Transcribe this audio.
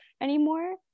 anymore